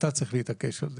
אתה צריך להתעקש על זה,